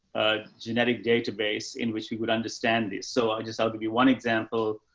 ah, genetic database in which we would understand this. so i just thought it would be one example.